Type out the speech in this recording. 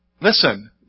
Listen